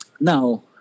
Now